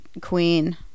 queen